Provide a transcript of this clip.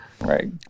Right